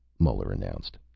muller announced.